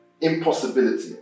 impossibility